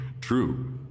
True